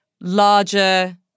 larger